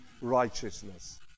righteousness